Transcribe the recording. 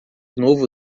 novo